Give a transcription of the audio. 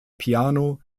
piano